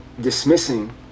dismissing